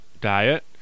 diet